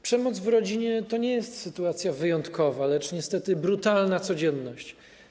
Przemoc w rodzinie to nie jest sytuacja wyjątkowa, lecz niestety brutalna codzienność.